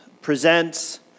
presents